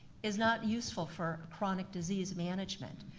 is not useful for chronic disease management.